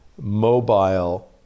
mobile